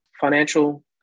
financial